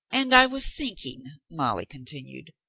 and i was thinking, molly continued,